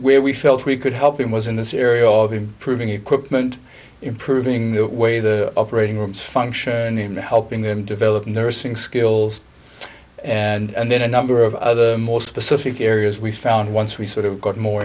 where we felt we could help him was in the serial of him proving equipment improving the way the operating rooms function in helping them develop nursing skills and then a number of other most specific areas we found once we sort of got more